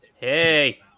hey